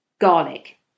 garlic